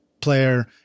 player